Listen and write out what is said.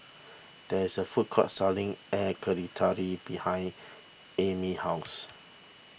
there is a food court selling Air behind Amey's house